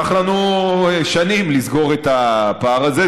ייקח לנו שנים לסגור את הפער הזה,